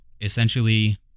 essentially